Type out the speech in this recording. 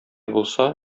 булса